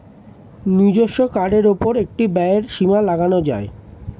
নিজস্ব কার্ডের উপর একটি ব্যয়ের সীমা লাগানো যায়